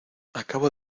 acabo